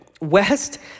West